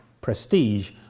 prestige